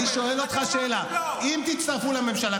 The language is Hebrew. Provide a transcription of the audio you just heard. אני שואל אותך שאלה: אם תצטרפו לממשלה,